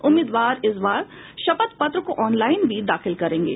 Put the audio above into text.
उम्मीदवार इस बार शपथ पत्र को ऑनलाइन भी दाखिल करेंगे